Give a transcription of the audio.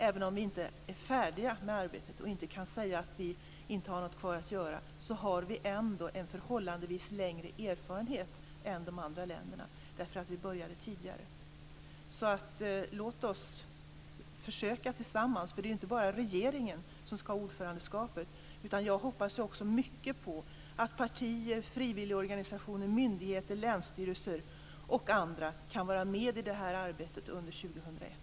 Även om vi inte är färdiga med arbetet och kan säga att vi inte har något kvar att göra vet de andra länderna att vi har en förhållandevis längre erfarenhet än de, eftersom vi började tidigare. Låt oss alltså försöka tillsammans. Det är ju inte bara regeringen som ska ha ordförandeskapet, utan jag hoppas mycket på att partier, frivilligorganisationer, myndigheter, länsstyrelser och andra kan vara med i det här arbetet under 2001.